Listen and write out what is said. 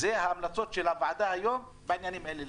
זה המלצות הועדה היום בעניינים אלה.